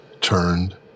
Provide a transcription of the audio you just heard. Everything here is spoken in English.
turned